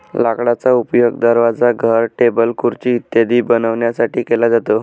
लाकडाचा उपयोग दरवाजा, घर, टेबल, खुर्ची इत्यादी बनवण्यासाठी केला जातो